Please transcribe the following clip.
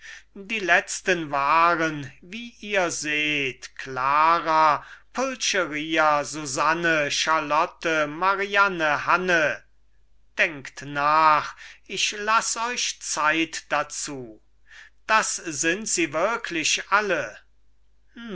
die letzten waren wie ihr seht klara pulcheria susanne charlotte mariane hanne denkt nach ich laß euch zeit dazu das sind sie wirklich alle